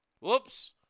whoops